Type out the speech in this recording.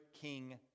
king